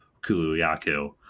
Kuluyaku